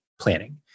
planning